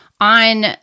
on